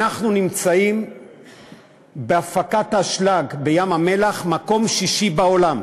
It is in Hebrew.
אנחנו נמצאים בהפקת אשלג בים-המלח במקום שישי בעולם.